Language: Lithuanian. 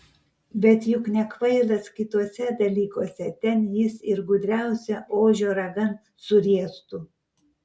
bet juk nekvailas kituose dalykuose ten jis ir gudriausią ožio ragan suriestų